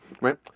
right